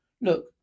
Look